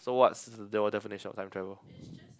so what's your definition of time travel